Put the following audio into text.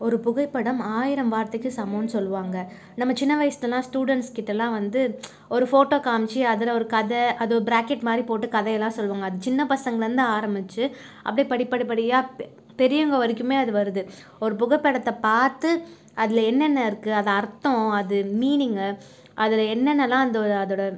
ஒரு புகைப்படம் ஆயிரம் வார்த்தைக்கு சமம்னு சொல்லுவாங்க நம்ம சின்ன வயசுலலாம் ஸ்டூடெண்ட்ஸ் கிட்டெல்லாம் வந்து ஒரு ஃபோட்டோ காமிச்சி அதில் ஒரு கதை அது ப்ராக்கெட் மாதிரி போட்டு கதையலாம் சொல்லுவாங்க அது சின்ன பசங்கலேந்து ஆரமித்து அப்டே படி படி படியாக பெ பெரியவங்க வரைக்குமே அது வருது ஒரு புகைப்படத்த பார்த்து அதில் என்னென்ன இருக்கு அது அர்த்தம் அது மீனிங் அதில் என்னென்னலாம் அந்த அதோட